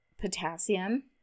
potassium